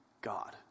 God